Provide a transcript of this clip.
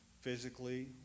physically